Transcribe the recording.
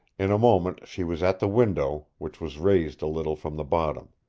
in a moment she was at the window, which was raised a little from the bottom.